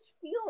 feel